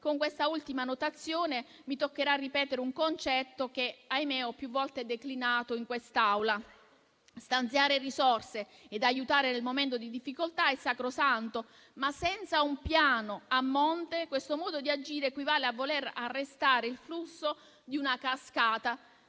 Con questa ultima notazione mi toccherà ripetere un concetto che - ahimè - ho più volte declinato in quest'Aula: stanziare risorse e aiutare nel momento di difficoltà è sacrosanto, ma senza un piano a monte questo modo di agire equivale a voler arrestare il flusso di una cascata